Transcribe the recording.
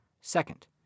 Second